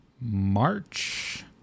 March